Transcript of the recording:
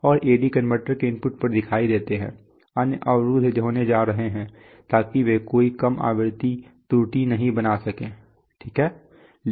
और AD converter के input पर दिखाई देते हैं अन्य अवरुद्ध होने जा रहे हैं ताकि वे कोई कम आवृत्ति त्रुटि नहीं बना सकें ठीक है